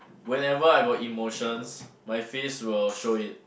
whenever I got emotions my face will show it